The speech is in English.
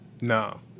No